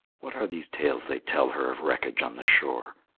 what are these tales they tell her of wreckage on the shore?